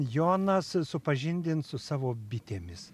jonas supažindins su savo bitėmis